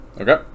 okay